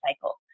cycle